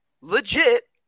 legit